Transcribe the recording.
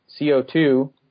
CO2